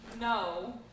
No